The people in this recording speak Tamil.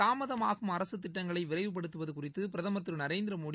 தாமதமாகும் அரசு திட்டங்களை விரைவுபடுத்துவது குறித்து பிரதமர் திரு நரேந்திரமோடி